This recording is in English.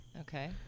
Okay